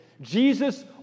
Jesus